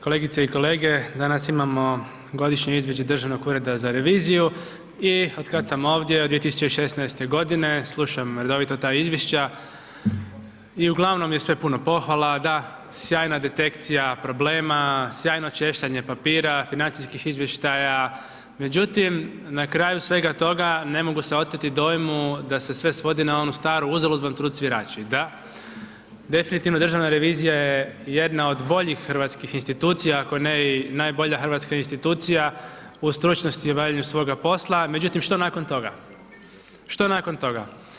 Kolegice i kolege, danas imamo godišnje izvješće Državnog ureda za reviziju i otkad sam ovdje od 2016.g. slušam redovito ta izvješća i uglavnom je sve puno pohvala, da, sjajna detekcija problema, sjajno češljanje papira, financijskih izvještaja, međutim, na kraju svega toga, ne mogu se oteti dojmu da se sve svodi na onu staru uzalud vam trud svirači, da, definitivno Državna revizija je jedna od boljih hrvatskih institucija, ako ne i najbolja hrvatska institucija u stručnosti obavljanja svoga posla, međutim, što nakon toga, što nakon toga?